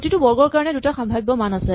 প্ৰতিটো বৰ্গৰ কাৰণে দুটা সাম্ভাৱ্য মান আছে